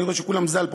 אני רואה שכולם ז"ל פה,